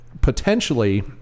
potentially